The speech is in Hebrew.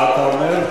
מה אתה אומר?